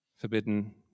forbidden